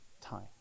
time